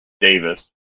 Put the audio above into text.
Davis